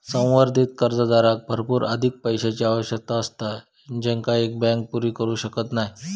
संवर्धित कर्जदाराक भरपूर अधिक पैशाची आवश्यकता असता जेंका एक बँक पुरी करू शकत नाय